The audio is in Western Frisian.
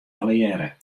allegearre